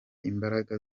imbaraga